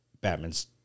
batman's